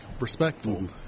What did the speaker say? respectful